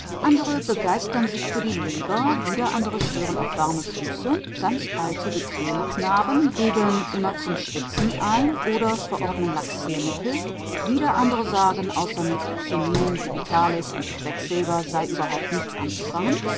andere begeistern sich für die leber wieder andere schwören auf warme füße ganz alte bequeme knaben geben immer zum schwitzen ein oder verordnen laxiermittel wieder andere sagen außer mit chinin digitalis und quecksilber sei überhaupt nichts anzufangen